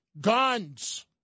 guns